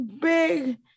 big